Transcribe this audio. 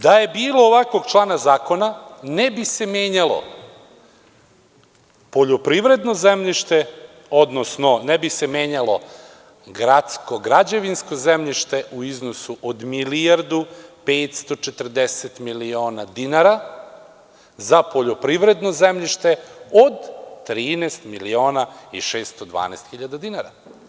Da je bilo ovakvog člana zakona, ne bi se menjalo poljoprivredno zemljište, odnosno ne bi se menjalo gradsko građevinsko zemljište u iznosu od milijardu i 540 miliona dinara za poljoprivredno zemljište od 13 miliona i 612 hiljada dinara.